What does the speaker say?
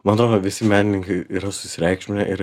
man atrodo visi menininkai yra susireikšminę ir